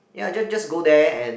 ya just just go there and